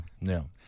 no